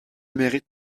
mérite